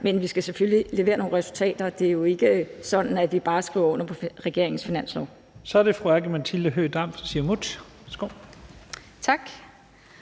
Men vi skal selvfølgelig levere nogle resultater, og det er jo ikke sådan, at vi bare skriver under på regeringens finanslov. Kl. 14:55 Første næstformand (Leif Lahn